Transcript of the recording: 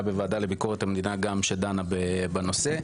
בוועדה לביקורת המדינה גם שדנה בנושא,